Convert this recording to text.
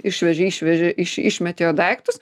išvežė išvežė išmetė jo daiktus